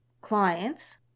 clients